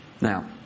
Now